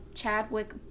Chadwick